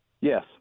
yes